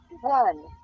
one